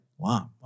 wow